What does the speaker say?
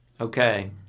Okay